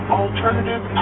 alternative